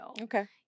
Okay